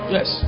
Yes